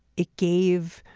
it gave